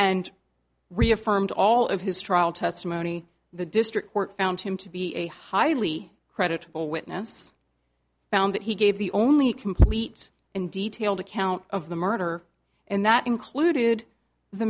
reaffirmed all of his trial testimony the district court found him to be a highly creditable witness found that he gave the only complete and detailed account of the murder and that included the